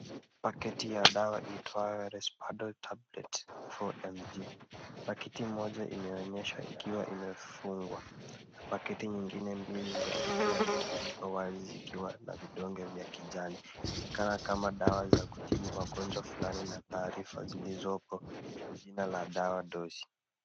Paketi ya dawa iitwayo Respondal Tablets 4mg . Pakiti moja imeonyesha ikiwa imefungwa. Pakiti nyingine mbili za vidonge ziko wazi zikiwa na vidonge vya kijani. Inaonekana kama dawa za kutibu magonjwa fulani na taarifa zilizopo ni jina la dawa dosi.